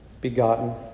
begotten